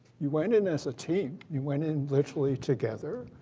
you went in as a team. you went in literally, together.